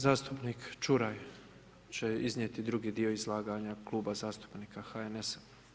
Zastupnik Ćuraj će iznijeti drugi dio izlaganja Kluba zastupnika HNS-a.